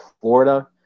Florida